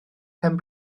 pen